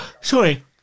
sorry